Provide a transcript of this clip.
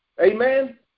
Amen